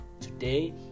today